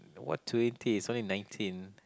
what twenty it's only nineteen